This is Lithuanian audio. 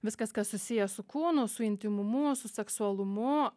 viskas kas susiję su kūnu su intymumu su seksualumu